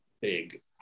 big